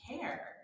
care